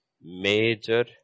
major